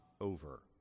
over